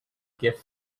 gift